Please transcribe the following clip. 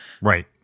Right